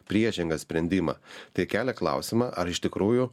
priešingą sprendimą tai kelia klausimą ar iš tikrųjų